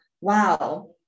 wow